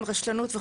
היתה להם רשלנות.